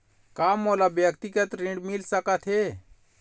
का मोला व्यक्तिगत ऋण मिल सकत हे?